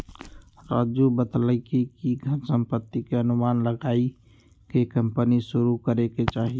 राजू बतलकई कि घर संपत्ति के अनुमान लगाईये के कम्पनी शुरू करे के चाहि